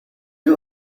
you